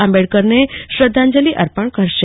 આંબેડકરને શ્રધ્ધાંજલિ અર્પણ કરશે